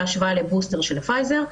בהשוואה לבוסטר של פייזר.